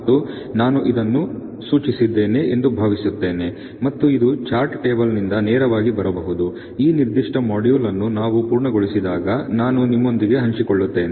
11 ಮತ್ತು ನಾನು ಇದನ್ನು ಸೂಚಿಸಿದ್ದೇನೆ ಎಂದು ಭಾವಿಸುತ್ತೇನೆ ಮತ್ತು ಇದು ಚಾರ್ಟ್ ಟೇಬಲ್ನಿಂದ ನೇರವಾಗಿ ಬರಬಹುದು ಈ ನಿರ್ದಿಷ್ಟ ಮಾಡ್ಯೂಲ್ ಅನ್ನು ನಾವು ಪೂರ್ಣಗೊಳಿಸಿದಾಗ ನಾನು ನಿಮ್ಮೊಂದಿಗೆ ಹಂಚಿಕೊಳ್ಳುತ್ತೇನೆ